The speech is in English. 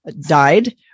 died